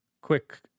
quick